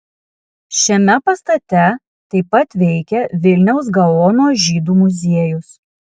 šiame pastate taip pat veikia vilniaus gaono žydų muziejus